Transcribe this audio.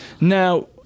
now